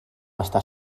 estar